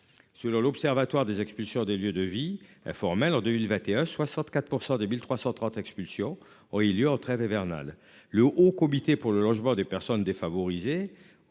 Selon l'Observatoire des expulsions des lieux de vie informels en 2021 64 % des 1330 expulsions ont eu lieu en trêve hivernale, le Haut comité pour le logement des personnes défavorisées.